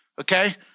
Okay